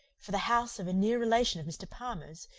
for the house of a near relation of mr. palmer's,